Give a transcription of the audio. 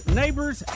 neighbors